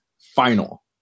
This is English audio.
final